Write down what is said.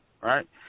right